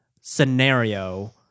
scenario